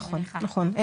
נכון, נכון.